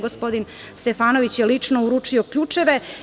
Gospodin Stefanović je lično uručio ključeve.